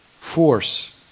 force